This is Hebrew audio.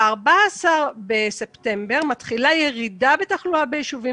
ב-14 בספטמבר מתחילה ירידה בתחלואה ביישובים